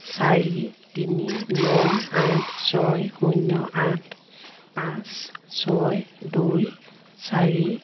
চাৰি তিনি ন আঠ ছয় শূন্য আঠ পাঁচ ছয় দুই চাৰি